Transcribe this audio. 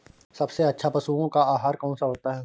सबसे अच्छा पशुओं का आहार कौन सा होता है?